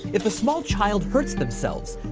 if a small child hurts themselves,